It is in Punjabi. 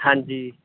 ਹਾਂਜੀ